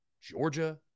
Georgia